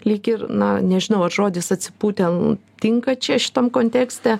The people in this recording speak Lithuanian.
lyg ir na nežinau ar žodis atsipūtę n tinka čia šitam kontekste